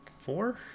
four